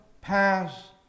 pass